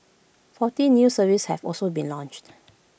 forty new services have also been launched